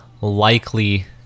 likely